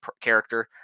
character